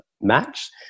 match